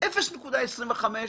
של 0.25%,